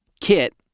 Kit